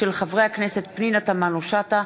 חברי הכנסת פנינה תמנו-שטה,